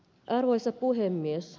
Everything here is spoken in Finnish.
arvoisa puhemies